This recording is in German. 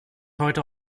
heute